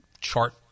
chart